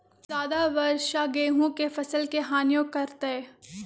ज्यादा वर्षा गेंहू के फसल के हानियों करतै?